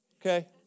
okay